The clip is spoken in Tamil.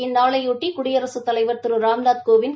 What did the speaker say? இந்நாளையொட்டி குடியரசுத் தலைவர் திரு ராம்நாத் கோவிந்த்